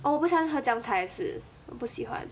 oh 我不喜欢喝姜茶也是我不喜欢